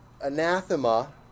anathema